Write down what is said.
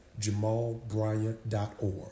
jamalbryant.org